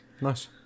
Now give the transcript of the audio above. nice